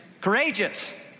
Courageous